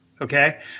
Okay